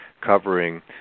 covering